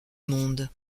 monde